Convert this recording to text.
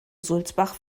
sulzbach